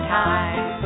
time